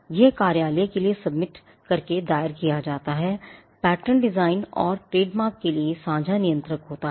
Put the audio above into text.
यह कार्यालय के लिए सबमिट करके दायर किया जाता है पैटर्न डिजाइन और ट्रेडमार्क के लिए एक साँझा नियंत्रक होता है